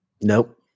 Nope